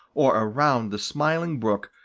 or around the smiling brook,